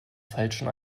falschen